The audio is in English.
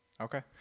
Okay